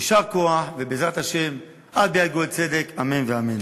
יישר כוח, ובעזרת השם עד ביאת גואל צדק, אמן ואמן.